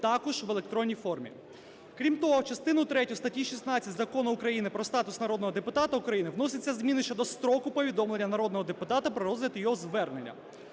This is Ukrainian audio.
також в електронній формі. Крім того, в частину третю статті 16 Закону України "Про статус народного депутата України" вносяться зміни щодо строку повідомлення народного депутата про розгляд його звернення.